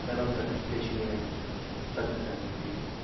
धनं कथं प्रेषनीयं तत् न जानन्ति